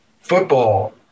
football